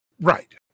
Right